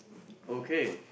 okay